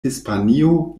hispanio